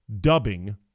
dubbing